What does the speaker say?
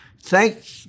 Thank